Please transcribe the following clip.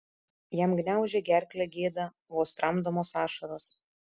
jam gniaužė gerklę gėda vos tramdomos ašaros